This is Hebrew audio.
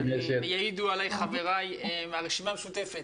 ויעידו עליי חבריי מהרשימה המשותפת.